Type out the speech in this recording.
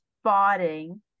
spotting